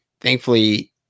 thankfully